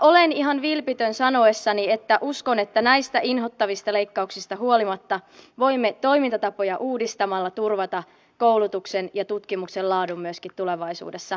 olen ihan vilpitön sanoessani että uskon että näistä inhottavista leikkauksista huolimatta voimme toimintatapoja uudistamalla turvata koulutuksen ja tutkimuksen laadun myöskin tulevaisuudessa